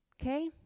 Okay